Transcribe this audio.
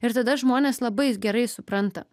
ir tada žmonės labai gerai supranta